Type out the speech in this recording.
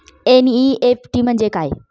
NEFT म्हणजे काय?